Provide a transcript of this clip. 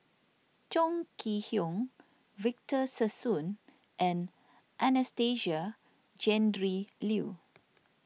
Chong Kee Hiong Victor Sassoon and Anastasia Tjendri Liew